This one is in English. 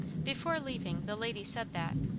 before leaving the lady said that,